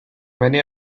many